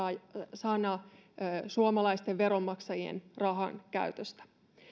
sana suomalaisten veronmaksajien rahan käytöstä